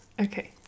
Okay